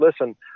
listen